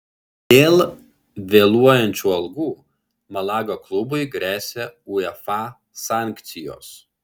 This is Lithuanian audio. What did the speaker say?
dėl vėluojančių algų malaga klubui gresia uefa sankcijos